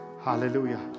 Hallelujah